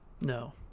No